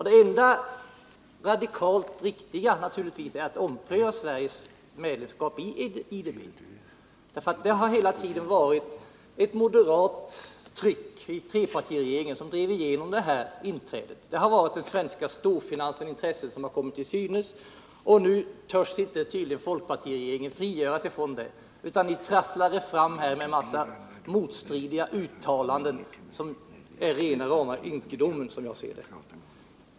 Det enda radikalt riktiga är naturligtvis att ompröva Sveriges medlemskap i IDB. Det var hela tiden ett moderat tryck i trepartiregeringen som drev igenom inträdet i IDB. Det har varit den svenska storfinansens intressen som har kommit till synes, och nu törs folkpartiregeringen tydligen inte frigöra sig från dem. I stället trasslar ni er fram med en rad motstridiga uttalanden, som enligt mitt sätt att se är rena rama ynkedomen.